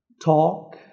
talk